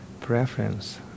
preference